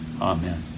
Amen